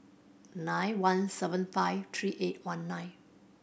nine one seven five three eight one nine